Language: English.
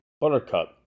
buttercup